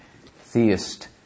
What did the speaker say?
theist